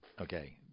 Okay